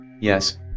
Yes